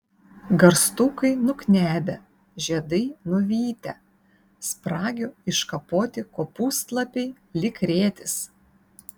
garstukai nuknebę žiedai nuvytę spragių iškapoti kopūstlapiai lyg rėtis